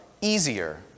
easier